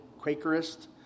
Quakerist